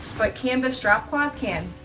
but canvas drop cloth can.